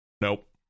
nope